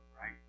right